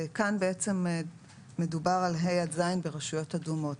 כאן בעצם מדובר על ה' עד ז' ברשויות אדומות,